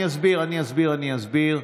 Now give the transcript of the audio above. אני אסביר, אני אסביר, אני אסביר.